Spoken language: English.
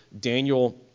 Daniel